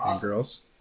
Girls